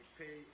pay